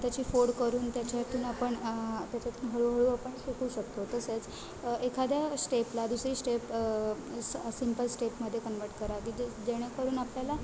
त्याची फोड करून त्याच्यातून आपण त्याच्यातून हळूहळू आपण शिकू शकतो तसेच एखाद्या स्टेपला दुसरी स्टेप स सिम्पल स्टेपमध्ये कन्वर्ट करावी जे जेणेकरून आपल्याला